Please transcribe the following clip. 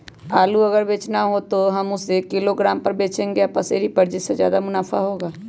आलू अगर बेचना हो तो हम उससे किलोग्राम पर बचेंगे या पसेरी पर जिससे ज्यादा मुनाफा होगा?